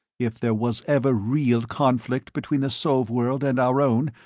if there was ever real conflict between the sov-world and our own,